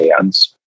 hands